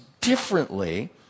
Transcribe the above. differently